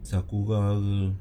sakura ke